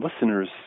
listeners